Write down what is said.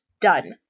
done